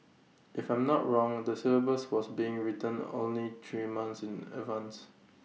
if I'm not wrong the syllabus was being written only three months in advance